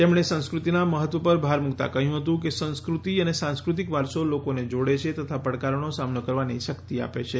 તેમણે સંસ્કૃતિના મહત્વ ઉપર ભાર મૂક્તા કહ્યું હતું કે સંસ્કૃતિ અને સાંસ્કૃતિક વારસો લોકોને જોડે છે તથા પડકારોનો સામનો કરવાની શક્તિ આપે છે